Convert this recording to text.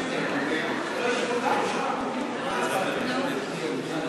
ההצעה להסיר מסדר-היום את הצעת חוק קליטת חיילים משוחררים (תיקון,